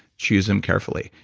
choose them carefully.